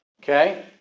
Okay